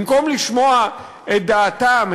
במקום לשמוע את דעתם,